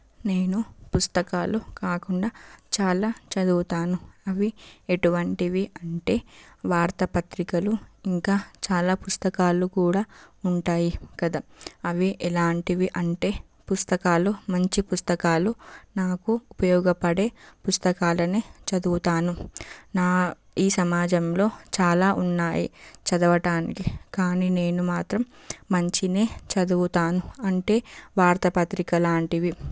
నేను పుస్తకాలు కాకుండా చాలా చదువుతాను అవి ఎటువంటివి అంటే వార్తా పత్రికలు ఇంకా చాలా పుస్తకాలు కూడా ఉంటాయి కదా అవి ఎలాంటివి అంటే పుస్తకాలు మంచి పుస్తకాలు నాకు ఉపయోగపడే పుస్తకాలు చదువుతాను నా ఈ సమాజంలో చాలా ఉన్నాయి చదవటానికి కానీ నేను మాత్రం మంచివే చదువుతాను అంటే వార్తా పత్రిక లాంటివి